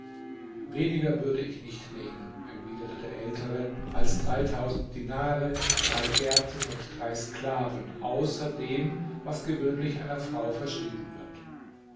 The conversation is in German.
weniger würde ich nicht nehmen erwiderte der ältere als dinare drei gärten und drei sklaven außer dem was gewöhnlich einer frau verschrieben wird